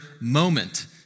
moment